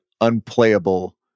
unplayable